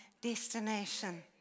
destination